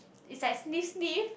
it's like sniff sniff